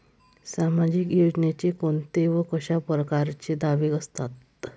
सामाजिक योजनेचे कोंते व कशा परकारचे दावे असतात?